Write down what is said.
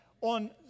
on